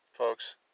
Folks